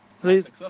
please